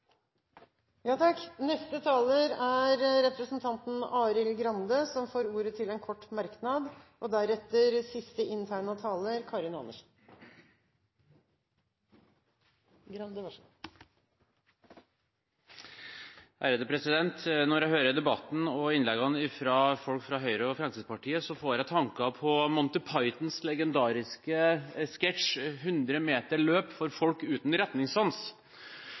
Representanten Arild Grande har hatt ordet to ganger tidligere og får ordet til en kort merknad, begrenset til 1 minutt. Når jeg hører debatten og innleggene fra folk fra Høyre og Fremskrittspartiet, får jeg tanker om Monty Pythons legendariske sketsj: 100 meter løp for folk uten retningssans.